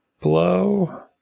blow